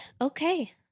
okay